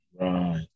Right